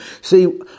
See